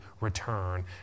return